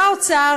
ובא האוצר,